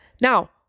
Now